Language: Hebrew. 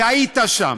והיית שם,